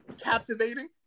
captivating